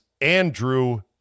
Andrew